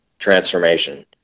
transformation